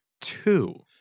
Two